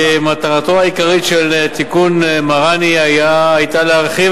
מטרתו העיקרית של תיקון מראני היתה להרחיב